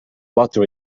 water